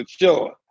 sure